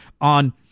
on